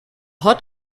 hot